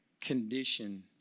condition